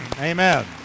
Amen